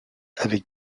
avec